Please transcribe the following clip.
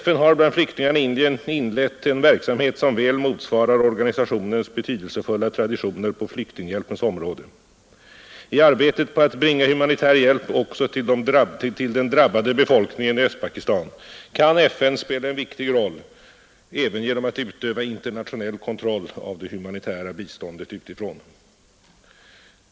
FN har bland flyktingarna i Indien inlett en verksamhet som väl motsvarar organisationens betydelsefulla traditioner på flyktinghjälpens område, I arbetet på att bringa humanitär hjälp också till den drabbade befolkningen i Östpakistan kan FN spela en viktig roll även genom att utöva internationell kontroll av det humanitära biståndet utifrån.